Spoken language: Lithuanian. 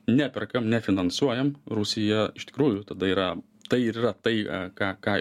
neperkam nefinansuojam rusija iš tikrųjų tada yra tai ir yra tai ką ką